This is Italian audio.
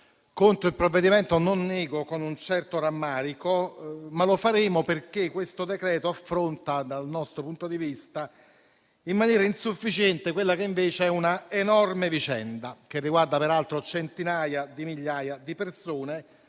contro il provvedimento: con un certo rammarico, non lo nego. Lo faremo, però, perché questo decreto affronta, dal nostro punto di vista, in maniera insufficiente quella che invece è una enorme vicenda, che riguarda peraltro centinaia di migliaia di persone,